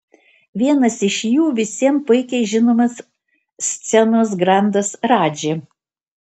vienas iš jų visiems puikiai žinomas scenos grandas radži